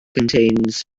contains